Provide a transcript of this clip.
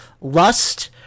Lust